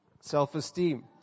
Self-esteem